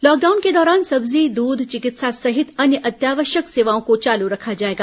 lockdown के दौरान सब्जी दूध चिकित्सा सहित अन्य अत्यावश्यक सेवाओं को चालू रखा जाएगा